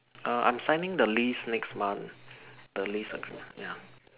err I am signing the lease next month the lease ya